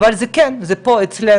אבל זה כן קיים, זה פה אצלנו,